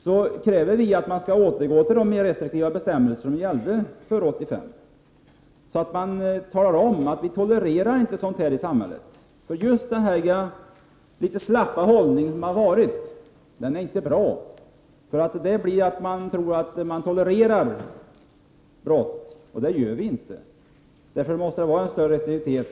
Vi i centern kräver att man skall återgå till de mer restriktiva bestämmelser som gällde före 1985. Det skall framgå att vi inte tolererar detta i samhället. Just den litet slappa hållning som har varit är inte bra. Då kan det verka som om vi tolererar brott, men det gör vi inte. Därför måste det här vara en större restriktivitet.